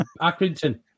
Accrington